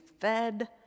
fed